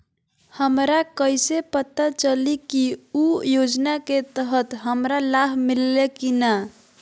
हमरा कैसे पता चली की उ योजना के तहत हमरा लाभ मिल्ले की न?